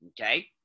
Okay